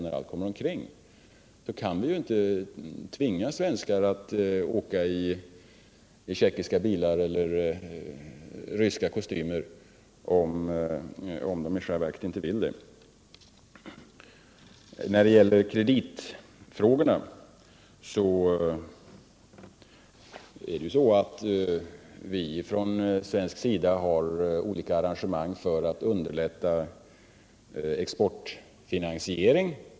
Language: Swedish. — När allt kommer omkring kan vi ju inte tvinga svenskar att åka i tjeckiska bilar eller gå i ryska kostymer, om de 1 själva verket inte vill det. När det gäller kreditfrågorna har vi på svensk sida olika arrangemang för att de socialistiska länderna Om åtgärder för ökad handel med de socialistiska länderna underlätta exportfinansiering.